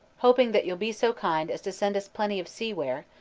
hoping that you'll be so kind as to send us plenty of sea-ware,